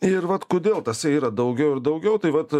ir vat kodėl tasai yra daugiau ir daugiau tai vat